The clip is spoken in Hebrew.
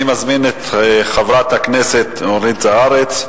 אני מזמין את חברת הכנסת אורית זוארץ.